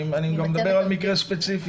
אני גם מדבר על מקרה ספציפי.